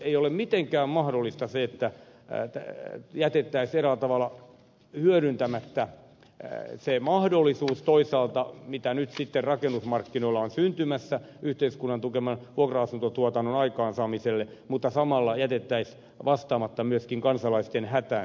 ei ole mitenkään mahdollista se että jätettäisiin eräällä tavalla hyödyntämättä se mahdollisuus toisaalta mitä nyt sitten rakennusmarkkinoilla on syntymässä yhteiskunnan tukeman vuokra asuntotuotannon aikaansaamiselle mutta samalla jätettäisiin vastaamatta myöskin kansalaisten hätään